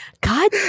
God